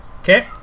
Okay